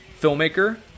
filmmaker